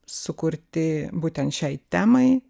sukurti būtent šiai temai